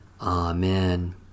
Amen